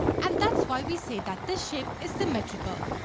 and that's why we say that this shape is symmetrical.